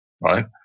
right